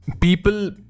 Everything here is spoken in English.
people